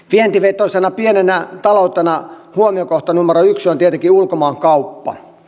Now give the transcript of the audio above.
vientivetoisena pienenä taloutena huomiokohta numero yksi on tietenkin ulkomaankauppa